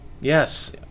Yes